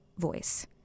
voice